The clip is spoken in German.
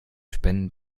spenden